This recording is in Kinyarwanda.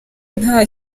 nta